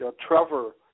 Trevor